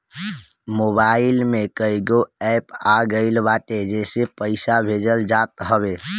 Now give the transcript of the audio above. mobile में कईगो app आ गईल बाटे जेसे पईसा भेजल जात हवे